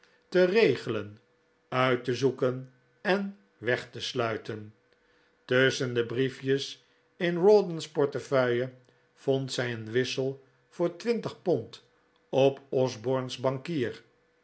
te regelen uit te zoeken en weg te sluiten tusschen de brief jes in rawdon's portefeuille vond zij een wissel voor twintig pond op osborne's bankier